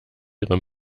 ihre